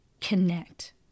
connect